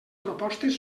propostes